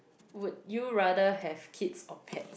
would you rather have kids or pet